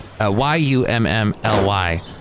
Y-U-M-M-L-Y